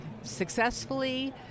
successfully